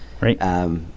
Right